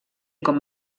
com